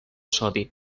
sodi